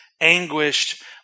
anguished